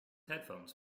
headphones